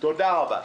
תודה רבה.